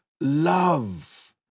love